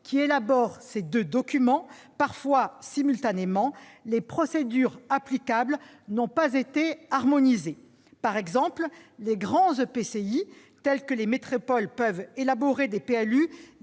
qui élaborent ces deux documents, parfois simultanément, les procédures applicables n'ont pas été harmonisées. Par exemple, les grands EPCI tels que les métropoles peuvent élaborer des PLU